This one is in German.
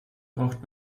braucht